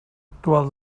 actual